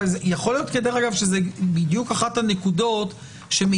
יכול להיות דרך אגב שזה בדיוק אחת הנקודות שמעידות